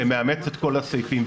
שמאמץ את כל הסעיפים,